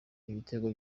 ibitego